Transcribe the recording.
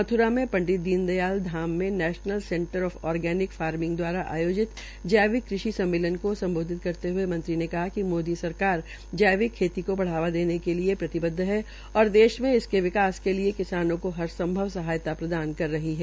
मथुरा में डित दीन दयाल धाम में national centre of organic farming दवारा आयोजित जैविक कृषि सम्मेलन को सम्बोधित करते हुए मंत्री ने कहा कि मोदी सरकार जैविक खेती को बावा देने के लिए प्रतिबद्ध है और देश मे इसके विकास के लिए किसानों को हर संभव सहायता प्रदान कर रही है